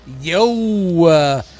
Yo